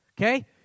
okay